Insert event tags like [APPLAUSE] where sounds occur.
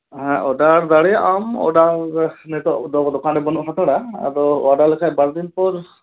ᱦᱮᱸ ᱚᱰᱟᱨ ᱫᱟᱲᱮᱭᱟᱜᱼᱟᱢ ᱚᱰᱟᱨ [UNINTELLIGIBLE] ᱱᱤᱛᱳᱜ ᱫᱚᱠᱟᱱ ᱨᱮ ᱵᱟᱹᱱᱩᱜ ᱦᱟᱛᱟᱲᱟ ᱟᱫᱚ ᱚᱰᱟᱨ ᱞᱮᱠᱷᱟᱱ ᱵᱟᱨ ᱫᱤᱱ ᱯᱚᱨ